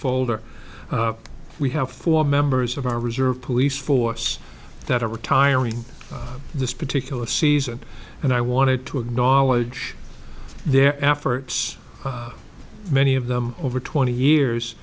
folder we have for members of our reserve police force that are retiring this particular season and i wanted to acknowledge their efforts many of them over twenty years